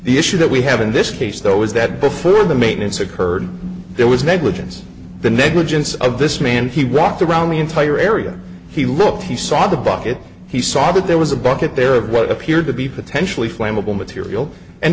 the issue that we have in this case though is that before the maintenance occurred there was negligence the negligence of this man he walked around the entire area he looked he saw the bucket he saw that there was a bucket there of what appeared to be potentially flammable material and